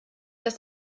das